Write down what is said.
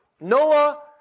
Noah